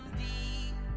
deep